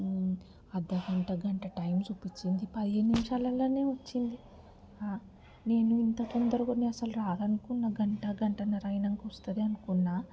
అర్ధ గంట గంట టైం చూపించింది పదిహేను నిమిషాలల్లోనే వచ్చింది నేను ఇంత తొందరగా నేను అసలు రాదనుకున్న గంట గంటన్నర అయినాక వస్తుంది అనుకున్నా